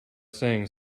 saying